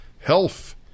health